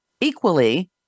equally